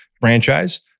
franchise